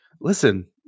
listen